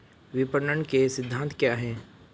विपणन के सिद्धांत क्या हैं?